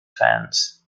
fans